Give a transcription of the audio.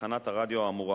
בתחנת הרדיו האמורה.